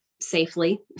safely